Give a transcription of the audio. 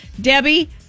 Debbie